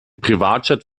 privatjet